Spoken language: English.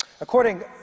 According